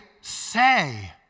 say